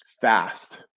Fast